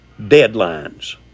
Deadlines